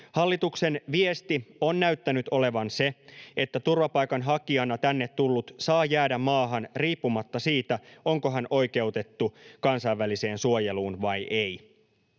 Hallituksen viesti on näyttänyt olevan se, että turvapaikanhakijana tänne tullut saa jäädä maahan riippumatta siitä, onko hän oikeutettu kansainväliseen suojeluun vai ei.